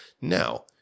Now